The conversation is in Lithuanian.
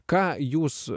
ką jūs